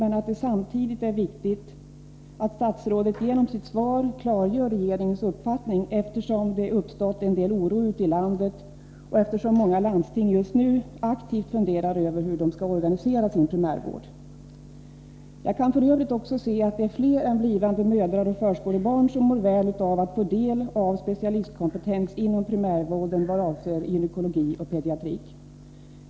Samtidigt är det dock viktigt att statsrådet genom sitt svar klargör regeringens uppfattning, eftersom det har uppstått en del oro ute i landet och eftersom många landsting just nu aktivt funderar över hur de skall organisera sin primärvård. Jag kan f. ö. också se att det är fler än blivande mödrar och förskolebarn som mår väl av att få del av specialistkompetens inom primärvården vad avser gynekologi och pediatrik.